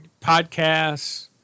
podcasts